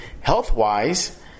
health-wise